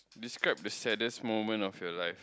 describe the saddest moment of your life